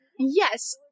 Yes